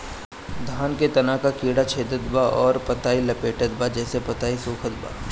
धान के तना के कीड़ा छेदत बा अउर पतई लपेटतबा जेसे पतई सूखत बा?